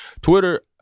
Twitter